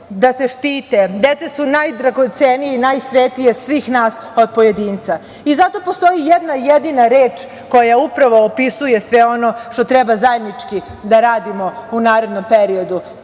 da se štite, deca su najdragocenija, najsvetija od svih nas od pojedinaca i zato postoji jedna jedina reč koja upravo opisuje sve ono što treba zajednički da radimo u narednom periodu,